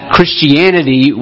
Christianity